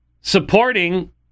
supporting